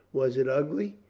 was it ugly?